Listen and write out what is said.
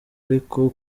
ariko